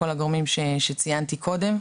כל הגורמים שציינתי קודם,